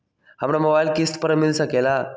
हमरा मोबाइल किस्त पर मिल सकेला?